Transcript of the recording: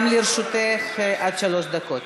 גם לרשותך עד שלוש דקות.